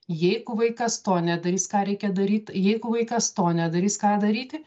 jeigu vaikas to nedarys ką reikia daryt jeigu vaikas to nedarys ką daryti